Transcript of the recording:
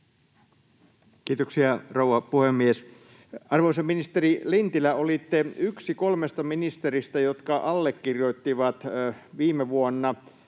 Kiitoksia, rouva puhemies! Arvoisa ministeri Lintilä, olitte yksi kolmesta ministeristä, jotka allekirjoittivat viime vuonna